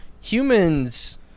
humans